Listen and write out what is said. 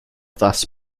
thus